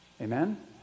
Amen